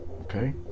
Okay